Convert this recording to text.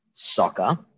soccer